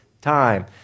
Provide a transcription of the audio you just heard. Time